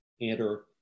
enter